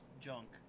junk